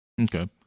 okay